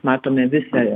matome visą